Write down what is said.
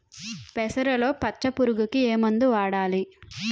పెసరలో పచ్చ పురుగుకి ఏ మందు వాడాలి?